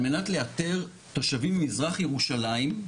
על מנת לאתר תושבים ממזרח ירושלים,